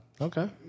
Okay